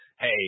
hey